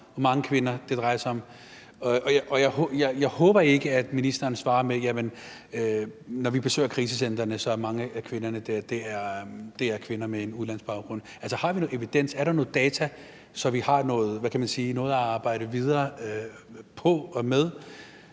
hvor mange kvinder det drejer sig om? Jeg håber ikke, at ministeren svarer: Når vi besøger krisecentrene, er mange af kvinderne dér kvinder med en udenlandsk baggrund. Altså, har vi noget evidens? Er der noget data, så vi har noget, hvad kan man sige, at arbejde videre på og med?